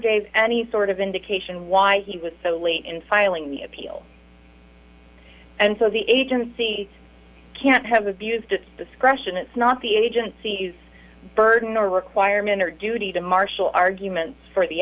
gave any sort of indication why he was so late in filing the appeal and so the agency can't have abused its discretion it's not the agency's burden or requirement or duty to marshal arguments for the